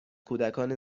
کودکان